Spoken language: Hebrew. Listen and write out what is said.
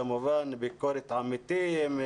כמובן ביקורת עמיתים,